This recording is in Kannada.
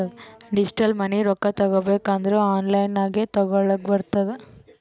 ಡಿಜಿಟಲ್ ಮನಿ ರೊಕ್ಕಾ ತಗೋಬೇಕ್ ಅಂದುರ್ ಆನ್ಲೈನ್ ನಾಗೆ ತಗೋಲಕ್ ಬರ್ತುದ್